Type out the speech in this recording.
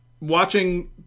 watching